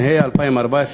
התשע"ה 2014,